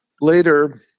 later